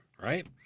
right